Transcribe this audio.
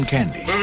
Candy